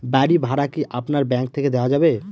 বাড়ী ভাড়া কি আপনার ব্যাঙ্ক থেকে দেওয়া যাবে?